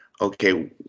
okay